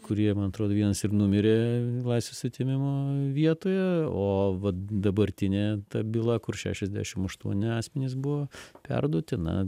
kurie man atrodo vienas ir numirė laisvės atėmimo vietoje o va dabartinė ta byla kur šešiasdešim aštuoni asmenys buvo perduoti na